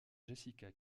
jessica